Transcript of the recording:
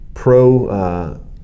pro